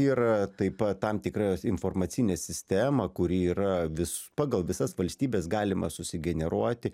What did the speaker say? yra taip pat tam tikra informacinė sistema kuri yra vis pagal visas valstybes galima susigeneruoti